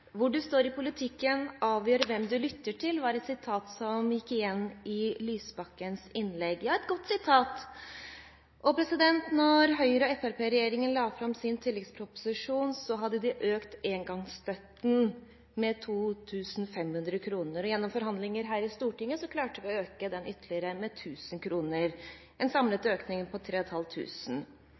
Hvor du står i politikken avgjør hvem du lytter til, var et sitat som gikk igjen i Lysbakkens innlegg – et godt sitat. Da Høyre–Fremskrittsparti-regjeringen la fram sin tilleggsproposisjon, hadde de økt engangsstøtten med 2 500 kr. Gjennom forhandlinger her i Stortinget klarte vi å øke den ytterligere med 1 000 kr – en samlet økning på